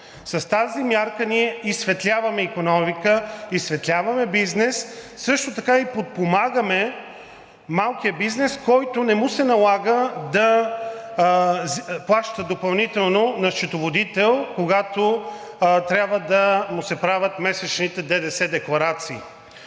С тази мярка ние изсветляваме икономиката, изсветляваме бизнеса, също така и подпомагаме малкия бизнес, на който не му се налага да плаща допълнително на счетоводител, когато трябва да му се правят месечните ДДС декларации.